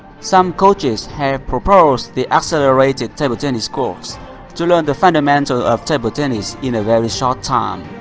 some coaches have proposed the accelerated table tennis course to learn the fundamentals of table tennis in a very short time.